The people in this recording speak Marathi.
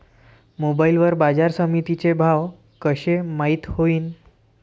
मोबाईल वर बाजारसमिती चे भाव कशे माईत होईन?